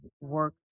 work